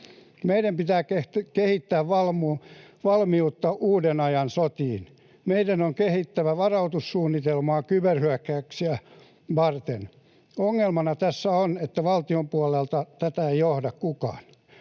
Meidän pitää kehittää valmiutta uuden ajan sotiin. Meidän on kehitettävä varautumissuunnitelmaa kyberhyökkäyksiä varten. Ongelmana tässä on, että valtion puolelta tätä ei johda kukaan.